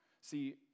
See